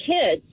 kids